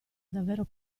davvero